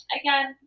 again